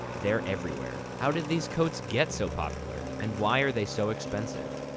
they're everywhere. how did these coats get so popular? and why are they so expensive?